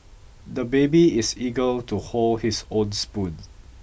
the baby is eager to hold his own spoon